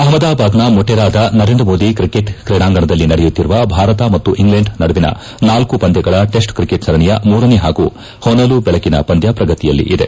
ಅಪಮದಾಬಾದ್ನ ಮೊಟೆರಾದ ನರೇಂದ್ರ ಮೋದಿ ಕ್ರಿಕೆಟ್ ಕ್ರೀಡಾಂಗಣದಲ್ಲಿ ನಡೆಯುಕ್ತಿರುವ ಭಾರತ ಮತ್ತು ಇಂಗ್ಲೆಂಡ್ ನಡುವಿನ ನಾಲ್ಕು ಪಂದ್ವಗಳ ಟೆಸ್ಟ್ ಕ್ರಿಕೆಟ್ ಸರಣಿಯ ಮೂರನೇ ಹಾಗೂ ಹೊನಲು ಬೆಳಕಿನ ಪಂದ್ವ ಪ್ರಗತಿಯಲ್ಲಿದೆ